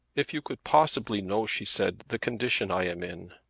if you could possibly know, she said, the condition i am in.